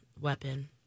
weapon